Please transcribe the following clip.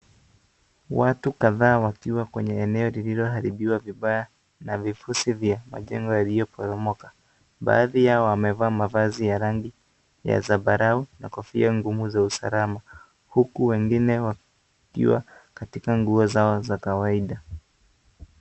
Watu kadhaa, wakiwa kwenye eneo lililoharibiwa vibaya na vivushi vya majengo yaliyoporomoka. Baadhi yao wamevaa mavazi ya rangi ya sambarau na kofia ngumu za usalama. Huku wengine wakiwa katika nguo zao za kawaida.